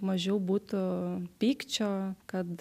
mažiau būtų pykčio kad